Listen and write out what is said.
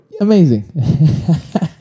Amazing